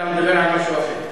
אתה מדבר על משהו אחר.